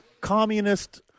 communist